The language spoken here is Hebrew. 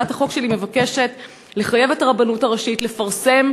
הצעת החוק שלי מבקשת לחייב את הרבנות הראשית לפרסם